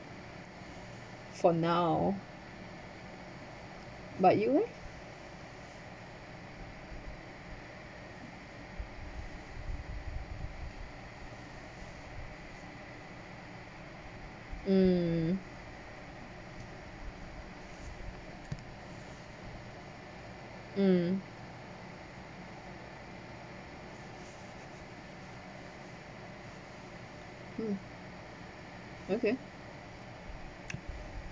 for now but you eh mm mm mm okay